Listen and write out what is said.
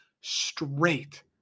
straight